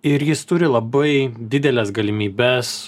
ir jis turi labai dideles galimybes